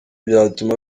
byatuma